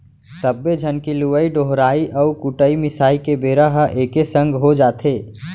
सब्बे झन के लुवई डोहराई अउ कुटई मिसाई के बेरा ह एके संग हो जाथे